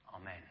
Amen